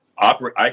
operate